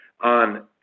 on